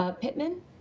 Pittman